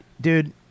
dude